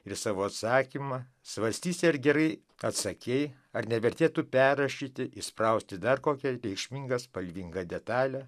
ir savo atsakymą svarstysi ar gerai atsakei ar nevertėtų perrašyti įsprausti dar kokią reikšmingą spalvingą detalę